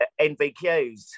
NVQs